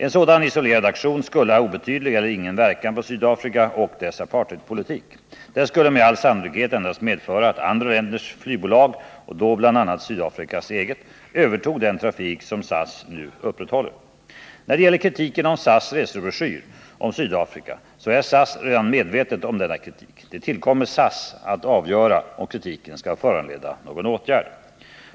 En sådan isolerad aktion skulle ha obetydlig eller ingen verkan på Sydafrika och dess apartheidpolitik. Den skulle med all sannolikhet endast medföra att andra länders flygbolag — och då bl.a. Sydafrikas eget — övertog den trafik som SAS nu upprätthåller. När det gäller kritiken mot SAS resebroschyr om Sydafrika så är SAS redan medvetet om denna kritik. Det tillkommer SAS att avgöra om kritiken skall föranleda någon åtgärd.